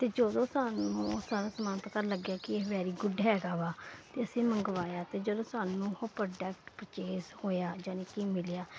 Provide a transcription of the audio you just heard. ਤੇ ਜਦੋਂ ਸਾਨੂੰ ਸਾਰਾ ਸਮਾਨ ਪਤਾ ਲੱਗਿਆ ਕਿ ਇਹ ਵੈਰੀ ਗੁੱਡ ਹੈਗਾ ਵਾ ਤੇ ਅਸੀਂ ਮੰਗਵਾਇਆ ਤੇ ਜਦੋਂ ਸਾਨੂੰ ਉਹ ਪ੍ਰੋਡੈਕਟ ਪ੍ਰਚੇਜ ਹੋਇਆ ਜਾਨੀ ਕਿ ਮਿਲਿਆ